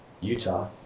Utah